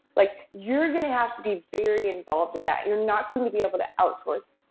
like you're going to have to be very involved in that. you're not going to be able to outsource.